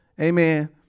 amen